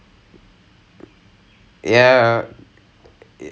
like taken off yet taken off yet